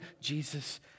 Jesus